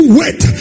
wait